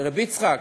רֵבּ יצחק,